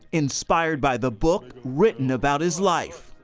inspired by the book written about his life.